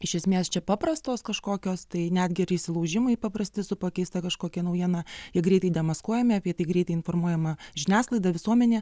iš esmės čia paprastos kažkokios tai netgi ir įsilaužimai paprasti su pakeista kažkokia naujiena jie greitai demaskuojami apie tai greitai informuojama žiniasklaida visuomenė